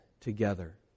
together